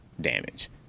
damage